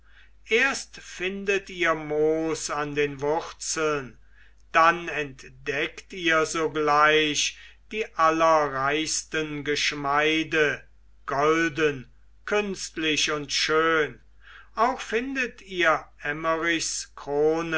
erst findet ihr moos an den wurzeln dann entdeckt ihr sogleich die allerreichsten geschmeide golden künstlich und schön auch findet ihr emmerichs